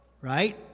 right